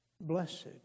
Blessed